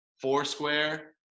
Foursquare